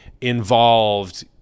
involved